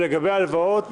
ההלוואות,